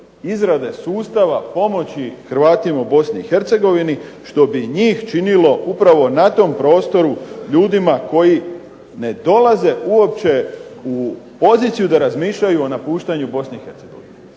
izrade sustava pomoći Hrvatima u Bosni i Hercegovini što bi i njih činilo upravo na tom prostoru ljudima koji ne dolaze uopće u poziciju da razmišljaju o napuštanju Bosne